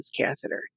catheter